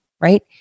right